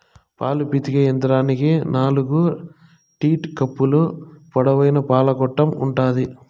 పాలు పితికే యంత్రానికి నాలుకు టీట్ కప్పులు, పొడవైన పాల గొట్టం ఉంటాది